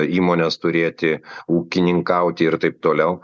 įmones turėti ūkininkauti ir taip toliau